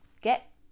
get